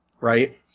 right